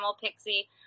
pixie